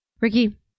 Ricky